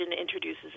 introduces